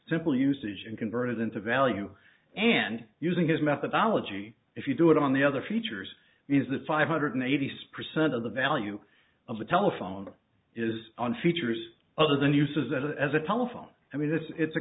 simple usage and convert it into value and using his methodology if you do it on the other features means that five hundred eighty six percent of the value of the telephone is on features other then uses that as a telephone i mean this it's a